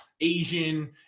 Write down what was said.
Asian